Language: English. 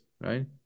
right